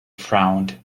frowned